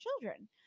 children